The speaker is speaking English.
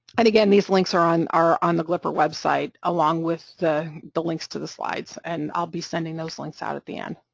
and, again, these links are on are on the glrppr website, along with the the links to the slides, and i'll be sending those links out at the end.